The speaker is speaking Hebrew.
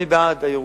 אני בעד הירוקים,